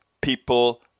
people